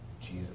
Jesus